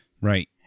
right